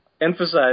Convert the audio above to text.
emphasize